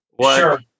Sure